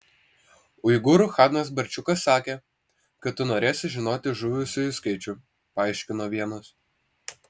uigūrų chanas barčiukas sakė kad tu norėsi žinoti žuvusiųjų skaičių paaiškino vienas